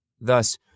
Thus